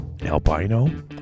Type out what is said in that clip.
albino